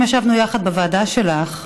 היום ישבנו יחד בוועדה שלך,